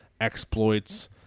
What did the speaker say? exploits